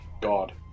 God